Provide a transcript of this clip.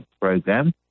program